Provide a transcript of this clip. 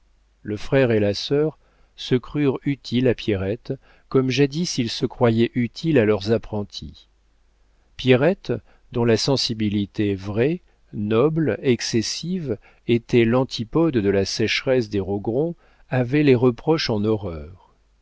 le frère et la sœur se crurent utiles à pierrette comme jadis ils se croyaient utiles à leurs apprentis pierrette dont la sensibilité vraie noble excessive était l'antipode de la sécheresse des rogron avait les reproches en horreur